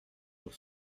pour